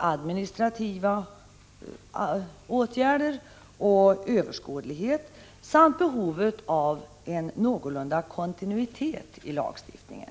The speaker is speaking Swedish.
administrativa åtgärder och överskådlighet samt behovet av någorlunda kontinuitet i lagstiftningen.